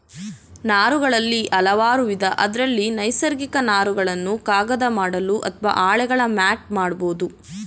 ನಾರುಗಳಲ್ಲಿ ಹಲವಾರುವಿಧ ಅದ್ರಲ್ಲಿ ನೈಸರ್ಗಿಕ ನಾರುಗಳನ್ನು ಕಾಗದ ಮಾಡಲು ಅತ್ವ ಹಾಳೆಗಳ ಮ್ಯಾಟ್ ಮಾಡ್ಬೋದು